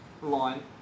line